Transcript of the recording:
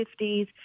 50s